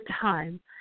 time